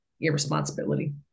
irresponsibility